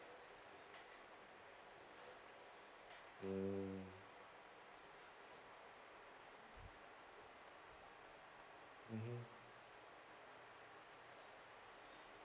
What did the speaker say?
mm mmhmm